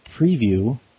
preview